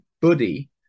buddy